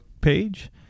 page